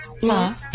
Love